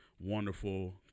wonderful